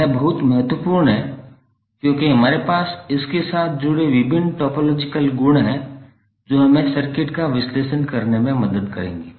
यह बहुत महत्वपूर्ण है क्योंकि हमारे पास इसके साथ जुड़े विभिन्न टोपोलॉजिकल गुण हैं जो हमें सर्किट का विश्लेषण करने में मदद करेंगे